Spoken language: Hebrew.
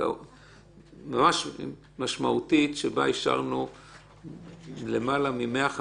ממש משמעותית שבה אישרנו למעלה מ-150